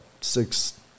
six